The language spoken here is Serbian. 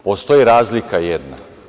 Postoji razlika jedna.